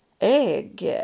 egg